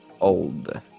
old